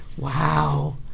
Wow